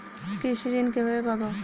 কৃষি ঋন কিভাবে পাব?